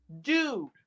dude